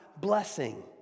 blessing